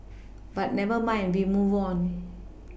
but never mind we move on